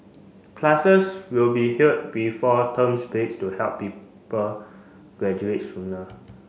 classes will be held before terms breaks to help people graduate sooner